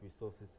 resources